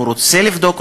הוא רוצה לבדוק,